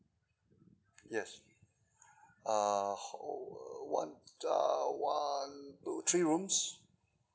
yes uh err one uh one two three rooms